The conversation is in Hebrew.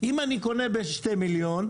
אם אני קונה ב-2 מיליון,